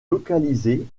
localisé